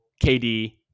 KD